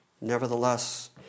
Nevertheless